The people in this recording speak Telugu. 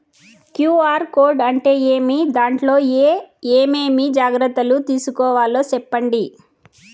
క్యు.ఆర్ కోడ్ అంటే ఏమి? దాంట్లో ఏ ఏమేమి జాగ్రత్తలు తీసుకోవాలో సెప్పండి?